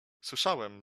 słyszałem